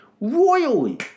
royally